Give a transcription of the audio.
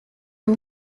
two